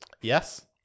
Yes